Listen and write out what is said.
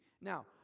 now